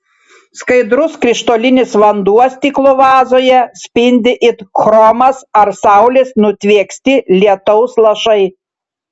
skaidrus krištolinis vanduo stiklo vazoje spindi it chromas ar saulės nutvieksti lietaus lašai